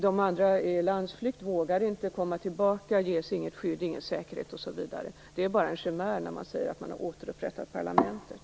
De andra är i landsflykt och vågar inte komma tillbaka, ges inget skydd och ingen säkerhet osv. Det är bara en chimär när man säger att man har återupprättat parlamentet.